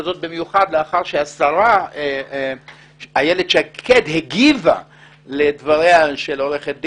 וזאת במיוחד לאחר שהשרה איילת שקד הגיבה לדבריה של עו"ד